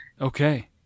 Okay